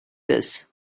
this